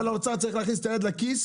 אבל משרד האוצר צריך להכניס את היד לכיס,